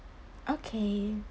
okay